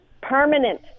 permanent